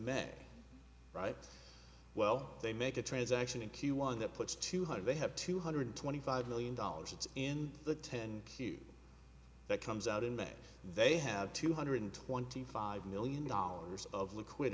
meg right well they make a transaction in q one that puts two hundred they have two hundred twenty five million dollars it's in the ten that comes out in may they have two hundred twenty five million dollars of liquid